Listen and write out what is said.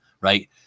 right